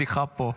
לשיחה פה.